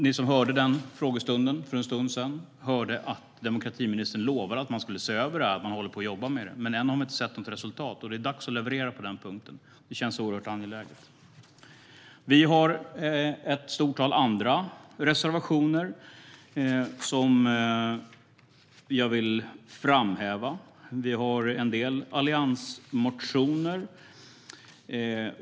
Ni som hörde frågestunden för en stund sedan hörde att demokratiministern lovade att man skulle se över det här och att man håller på och jobbar med det. Men än har vi inte sett något resultat. Det är dags att leverera på den punkten. Det känns oerhört angeläget. Vi har ett stort antal andra reservationer som jag vill framhålla. Vi har en del alliansmotioner.